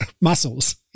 muscles